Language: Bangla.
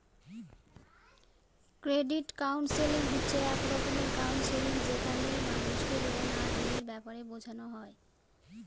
ক্রেডিট কাউন্সেলিং হচ্ছে এক রকমের কাউন্সেলিং যেখানে মানুষকে লোন আর ঋণের ব্যাপারে বোঝানো হয়